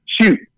shoot